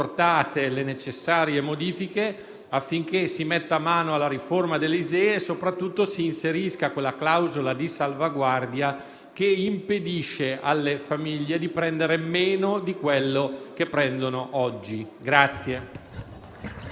le necessarie modifiche affinché si metta mano alla riforma dell'ISEE e soprattutto si inserisca quella clausola di salvaguardia che impedisce alle famiglie di prendere meno di quello che prendono oggi.